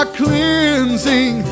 cleansing